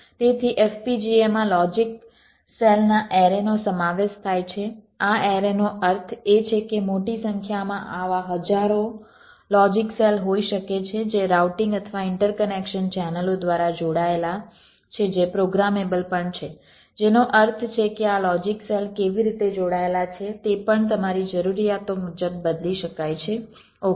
તેથી FPGAમાં logic cell ના એરેનો સમાવેશ થાય છે આ એરેનો અર્થ એ છે કે મોટી સંખ્યામાં આવા હજારો લોજિક સેલ હોઈ શકે છે જે રાઉટિંગ અથવા ઇન્ટરકનેક્શન ચેનલો દ્વારા જોડાયેલા છે જે પ્રોગ્રામેબલ પણ છે જેનો અર્થ છે કે આ લોજિક સેલ કેવી રીતે જોડાયેલા છે તે પણ તમારી જરૂરિયાતો મુજબ બદલી શકાય છે ઓકે